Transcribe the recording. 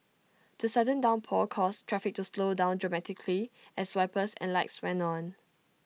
the sudden downpour caused traffic to slow down dramatically as wipers and lights went on